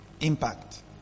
Impact